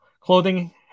Clothing